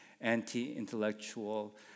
anti-intellectual